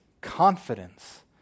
confidence